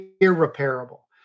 irreparable